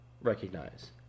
recognize